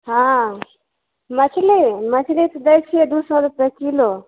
हँ मछली मछली तऽ दै छियै दू सए रुपए किलो